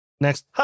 next